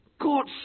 God